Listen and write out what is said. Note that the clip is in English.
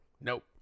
Nope